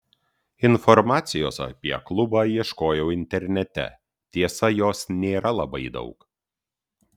informacijos apie klubą ieškojau internete tiesa jos nėra labai daug